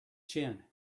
chin